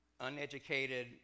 uneducated